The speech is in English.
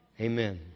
Amen